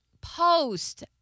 Post